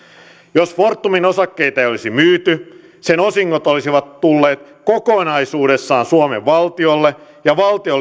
jos fortumin osakkeita ei olisi myyty sen osingot olisivat tulleet kokonaisuudessaan suomen valtiolle ja valtio